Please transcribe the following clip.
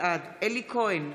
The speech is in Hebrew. בעד אלי כהן,